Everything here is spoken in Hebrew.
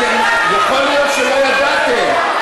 יכול להיות שלא ידעתם.